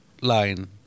line